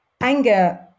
anger